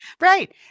Right